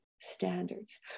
standards